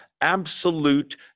absolute